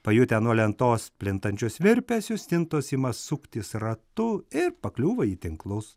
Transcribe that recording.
pajutę nuo lentos plintančius virpesius stintos ima suktis ratu ir pakliūva į tinklus